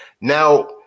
Now